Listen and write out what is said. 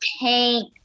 paint